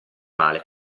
male